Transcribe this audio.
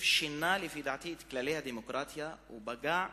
שינו לפי דעתי את כללי הדמוקרטיה ופגעו,